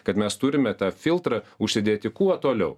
kad mes turime tą filtrą užsidėti kuo toliau